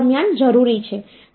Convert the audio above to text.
તો ચાલો આપણે તેને તપાસીએ